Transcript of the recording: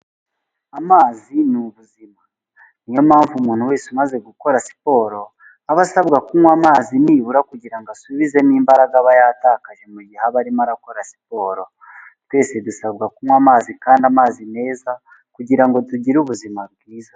Amazi ni ubuzima, niyo mpamvu umuntu wese umaze gukora siporo, aba asabwa kunywa amazi nibura kugira ngo asubizemo imbaraga aba yatakaje mu mugihe aba arimo arakora siporo, twese dusabwa kunywa amazi kandi amazi meza kugira ngo tugire ubuzima bwiza.